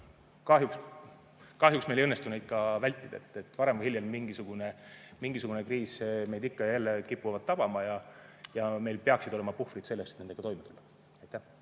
Kahjuks meil ei õnnestu neid vältida. Varem või hiljem mingisugune kriis meid ikka ja jälle kipub tabama. Ja meil peaksid olema puhvrid selleks, et nendega toime